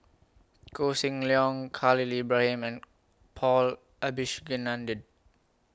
Koh Seng Leong Khalil Ibrahim and Paul Abisheganaden